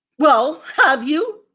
well, have you?